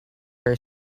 her